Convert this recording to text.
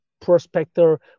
Prospector